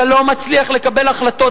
אתה לא מצליח לקבל החלטות,